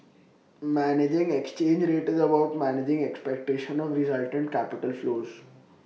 managing exchange rate is about managing expectation of resultant capital flows